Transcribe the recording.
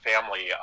family